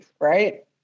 Right